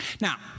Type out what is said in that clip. Now